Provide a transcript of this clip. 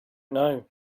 know